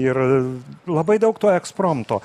ir labai daug to ekspromto